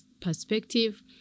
perspective